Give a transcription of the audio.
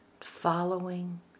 following